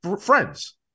friends